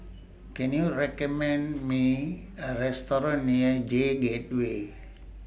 Can YOU recommend Me A Restaurant near J Gateway